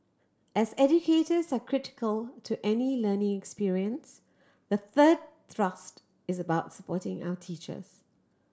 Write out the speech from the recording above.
as educators are critical to any learning experience the third thrust is about supporting our teachers